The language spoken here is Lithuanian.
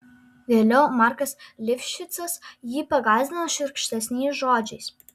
vėliau markas livšicas jį pagąsdino šiurkštesniais žodžiais